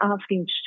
asking